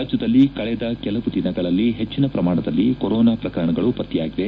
ರಾಜ್ಯದಲ್ಲಿ ಕಳೆದ ಕೆಲವು ದಿನಗಳಲ್ಲಿ ಹೆಚ್ಚಿನ ಪ್ರಮಾಣದಲ್ಲಿ ಕೊರೊನಾ ಪ್ರಕರಣಗಳು ಪತ್ತೆಯಾಗಿವೆ